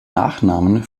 nachnamen